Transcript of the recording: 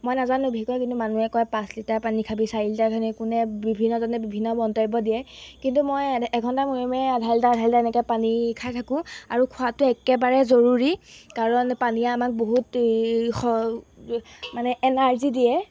মই নাজানো বিশেষকৈ কিন্তু মানুহে কয় পাঁচ লিটাৰ পানী খাবি চাৰি লিটাৰখিনি কোনে বিভিন্নজনে বিভিন্ন মন্তব্য দিয়ে কিন্তু মই এঘণ্টা মূৰে মূৰে আধা লিটাৰ আধা লিটাৰ এনেকৈ পানী খাই থাকোঁ আৰু খোৱাটো একেবাৰে জৰুৰী কাৰণ পানীয়ে আমাক বহুত মানে এনাৰ্জি দিয়ে